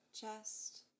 chest